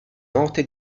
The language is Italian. note